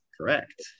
Correct